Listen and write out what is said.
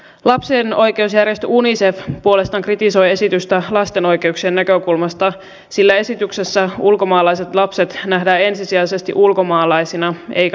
lapsen oikeusjärjestö unicef puolestaan kritisoi esitystä lasten oikeuksien näkökulmasta sillä esityksessä ulkomaalaiset lapset nähdään ensisijaisesti ulkomaalaisina eikä lapsina